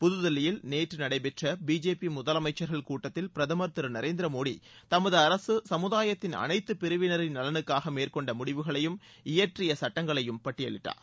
புது தில்லியில் நேற்று நடைபெற்ற பிஜேபி முதலமைச்சாகள் கூட்டத்தில் பிரதமர் திரு நரேந்திர மோடி தமது அரசு கமுதாயத்தின் அனைத்து பிரிவினரின் நலனுக்காக மேற்கொண்ட முடிவுகளையும் இயற்றிய சட்டங்களையும் பட்டியளிட்டார்